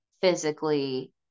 physically